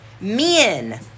men